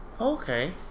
Okay